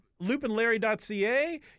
loopandlarry.ca